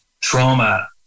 trauma